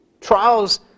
Trials